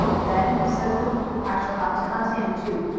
then, said luke, i shall have to hunt him, too.